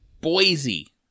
boise